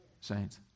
saints